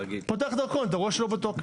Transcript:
אתה פותח דרכון, אתה רואה שהוא לא בתוקף.